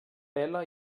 pela